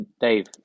Dave